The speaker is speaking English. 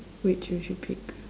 which would you pick